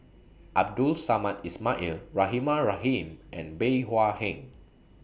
Abdul Samad Ismail Rahimah Rahim and Bey Hua Heng